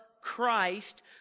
Christ